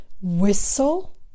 whistle